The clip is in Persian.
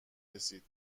رسید